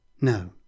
No